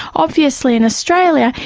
obviously in australia,